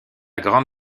grande